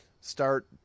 start